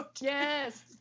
yes